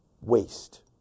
Waste